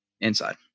Inside